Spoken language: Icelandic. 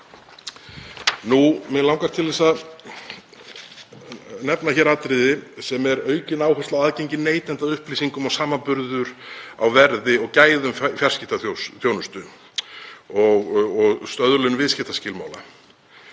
Mig langar til að nefna hér atriði sem er aukin áhersla á aðgengi neytenda að upplýsingum og samanburður á verði og gæðum fjarskiptaþjónustu og stöðlun viðskiptaskilmála.